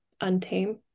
untamed